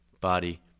body